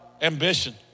ambition